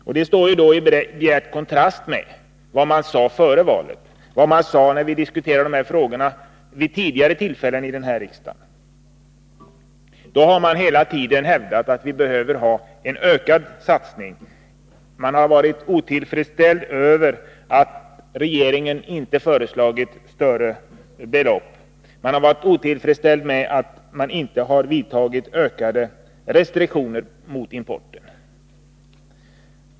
Detta står ju i bjärt kontrast till vad socialdemokraterna sade före valet och till vad man sagt när vi vid tidigare tillfällen diskuterat dessa frågor här i riksdagen. Då har socialdemokraterna hela tiden hävdat att det behövs en ökad satsning. Man har varit otillfredsställd med att regeringen inte föreslagit större belopp, och man har varit otillfredsställd med att det inte satts in ökade restriktioner mot importen.